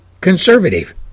conservative